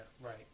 right